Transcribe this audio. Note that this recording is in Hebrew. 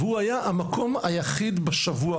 והוא היה המקום היחיד בשבוע,